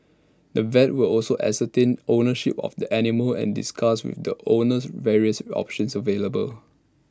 the vet would also ascertain ownership of the animal and discuss with the owners various options available